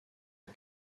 est